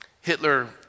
Hitler